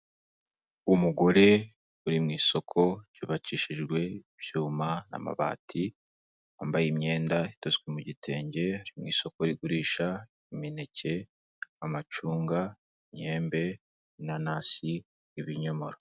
Umugore uri mu isoko ryubakishijwe ibyuma n'amabati wambaye imyenda idozwe mu gitenge uri mu isoko rigurisha imineke, amacunga, imyembe, inanasi, ibinyomoro.